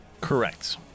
Correct